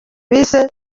bise